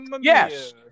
Yes